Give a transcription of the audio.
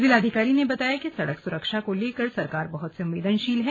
जिलाधिकारी ने बताया कि सड़क सुरक्षा को लेकर सरकार बहुत संवेदनशील है